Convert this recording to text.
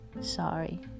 Sorry